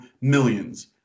millions